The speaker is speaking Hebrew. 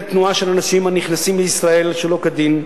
תנועה של אנשים הנכנסים לישראל שלא כדין,